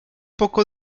poco